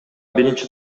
биринчи